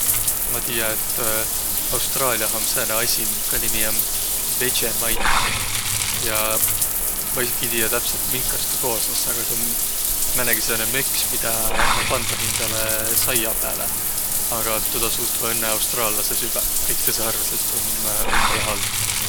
Ma tiiä, et Austraaliah om sääne asi, minka nimi om veds'e mait. Ja ma esiki ei tiiäq, minkast tuu koosnõs, aga tuu om määnegi sääne möks, midä nä pandvaq hindäle saia pääle. Aga tuud suutvaq õnnõ austraallasõq süvväq. Kõik tõõsõq arvasõq, et tuu om umbõlõ halv.